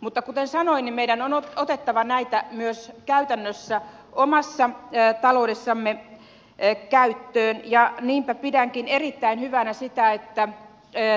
mutta kuten sanoin meidän on otettava näitä myös käytännössä omassa taloudessamme käyttöön ja niinpä pidänkin erittäin hyvänä sitä että